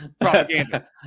propaganda